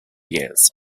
years